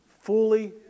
fully